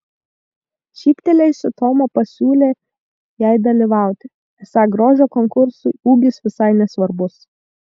šyptelėjusi toma pasiūlė jai dalyvauti esą grožio konkursui ūgis visai nesvarbus